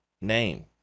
name